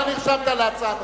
אתה נרשמת להצעה נוספת,